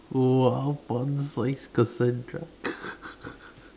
!wow! fun sized Cassandra